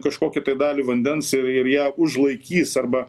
kažkokį dalį vandens ir ir ją užlaikys arba